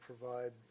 provide